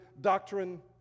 doctrine